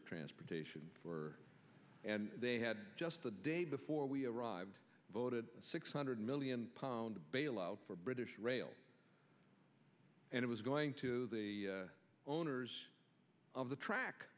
of transportation for and they had just the day before we arrived voted six hundred million pound bailout for british rail and it was going to the owners of the track